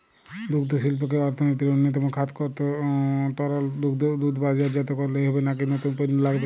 দুগ্ধশিল্পকে অর্থনীতির অন্যতম খাত করতে তরল দুধ বাজারজাত করলেই হবে নাকি নতুন পণ্য লাগবে?